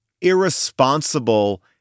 irresponsible